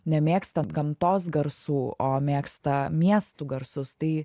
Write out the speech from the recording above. nemėgstate gamtos garsų o mėgsta miestų garsus tai